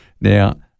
now